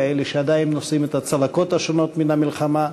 כאלה שעדיין נושאים את הצלקות השונות מן המלחמה.